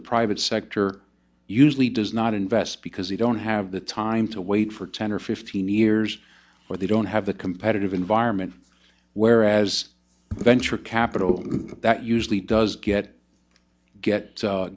the private sector usually does not invest because they don't have the time to wait for ten or fifteen years or they don't have a competitive environment whereas venture capital that usually does get get